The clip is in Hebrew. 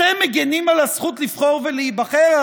אתם מגינים על הזכות לבחור ולהיבחר?